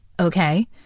Okay